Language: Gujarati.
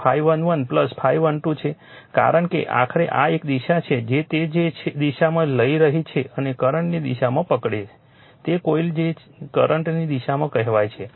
તેથી આ કોઇલ 1 માટે વાસ્તવમાં ∅1 ∅11 ∅12 છે કારણ કે આખરે આ એક દિશા છે જે તે જે દિશામાં લઈ રહી છે તે કરંટની દિશામાં પકડશે તે કોઇલ કે જે કરંટની દિશામાં કહેવાય છે